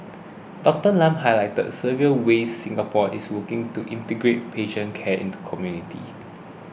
Doctor Lam highlighted several ways Singapore is working to integrate patient care into community